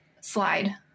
slide